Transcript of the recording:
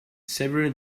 savouring